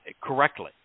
correctly